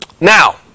Now